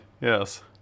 Yes